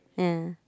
yeah